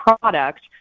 product